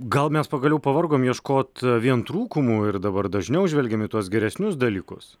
gal mes pagaliau pavargom ieškot vien trūkumų ir dabar dažniau žvelgiam į tuos geresnius dalykus